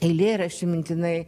eilėraščių mintinai